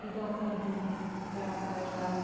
Sidhu Kanhu Chand Bhairav